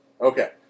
Okay